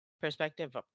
perspective